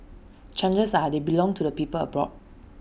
chances are they belong to people abroad